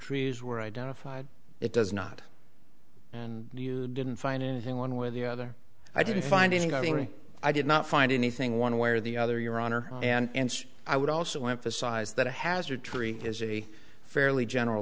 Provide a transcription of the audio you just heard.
trees were identified it does not and you didn't find anything one way or the other i didn't find any i mean i did not find anything one way or the other your honor and i would also emphasize that a hazard tree is a fairly general